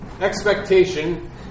Expectation